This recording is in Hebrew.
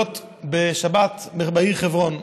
להיות בשבת בעיר חברון.